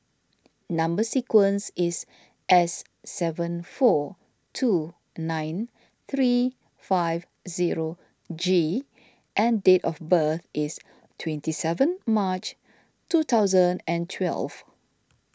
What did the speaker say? Number Sequence is S seven four two nine three five zero G and date of birth is twenty seven March two thousand and twelve